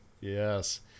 Yes